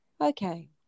okay